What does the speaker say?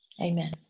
Amen